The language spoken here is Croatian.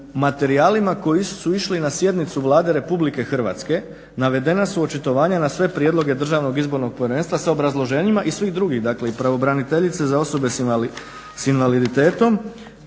u materijalima koji su išli na sjednicu Vlade RH navedena su očitovanja na sve prijedloge DIP sa obrazloženjima i svih drugih dakle i pravobraniteljice za osobe s invaliditetom,